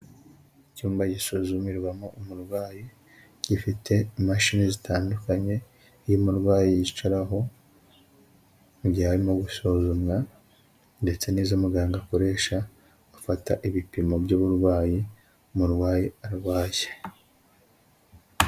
Icyumba gisuzumirwamo umurwayi gifite imashini zitandukanye y'umurwayi yicaraho mu gihe harimo gusuzumwa, ndetse n'izo muganga akoresha afata ibipimo by'uburwayi umurwayi arwaye.